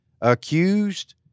accused